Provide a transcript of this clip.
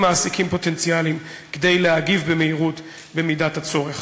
מעסיקים פוטנציאליים כדי להגיב במהירות במידת הצורך.